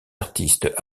artistes